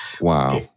Wow